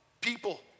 people